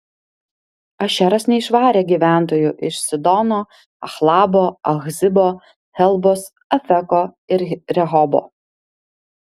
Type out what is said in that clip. ašeras neišvarė gyventojų iš sidono achlabo achzibo helbos afeko ir rehobo